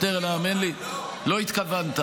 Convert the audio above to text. --- חבר הכנסת, האמן לי, לא התכוונת.